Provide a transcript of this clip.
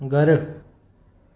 घरु